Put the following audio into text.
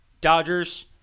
Dodgers